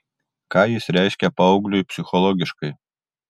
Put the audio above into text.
ką jis reiškia paaugliui psichologiškai